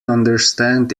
understand